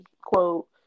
quote